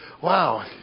Wow